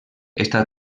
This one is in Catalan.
està